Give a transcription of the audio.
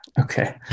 Okay